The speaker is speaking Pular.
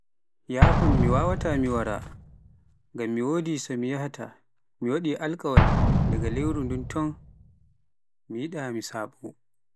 yafan mi wawaata mi wara, ngam wodi somi yahta, mi waɗi alkawal daga lewru ndun ton, mi yiɗa mi saɓo.